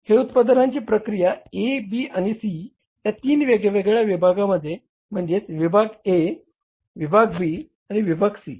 हे उत्पादनाची प्रक्रिया A B आणि C या तीन वेगवेगळ्या विभागांमध्ये म्हणजेच विभाग A विभाग B विभाग C